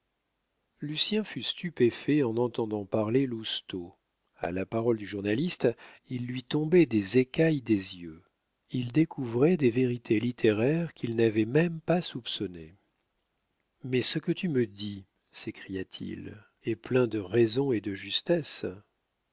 lucien fut stupéfait en entendant parler lousteau à la parole du journaliste il lui tombait des écailles des yeux il découvrait des vérités littéraires qu'il n'avait même pas soupçonnées mais ce que tu me dis s'écria-t-il est plein de raison et de justesse